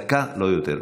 דקה, לא יותר.